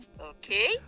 Okay